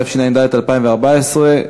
התשע"ד 2014,